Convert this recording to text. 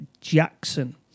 Jackson